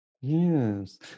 Yes